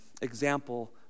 example